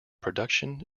production